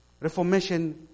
Reformation